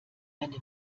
eine